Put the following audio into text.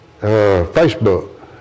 Facebook